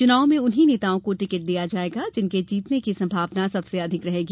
चुनाव में उन्हीं नेताओं को टिकट दिया जाएगा जिनके जीतने की संभावना सबसे अधिक रहेगी